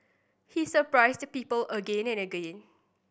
he surprised people again and again